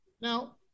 Now